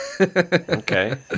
Okay